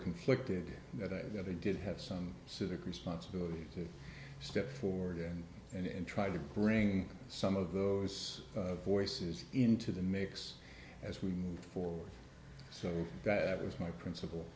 conflicted that i never did have some civic responsibility to step forward and and try to bring some of those voices into the mix as we move forward so that was my principal